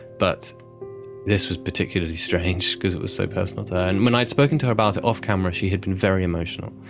but this was particularly strange because it was so personal to her. and when i had spoken to her about it off-camera she had been very emotional,